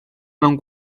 mewn